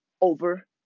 over